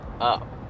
up